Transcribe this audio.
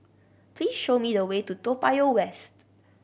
please show me the way to Toa Payoh West